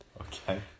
Okay